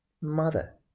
Mother